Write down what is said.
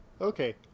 Okay